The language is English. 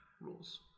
rules